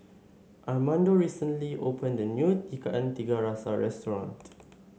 Armando recently opened a new Ikan Tiga Rasa restaurant